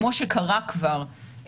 כמו שקרה כבר,